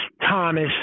Thomas